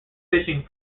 fishing